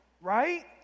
Right